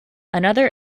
another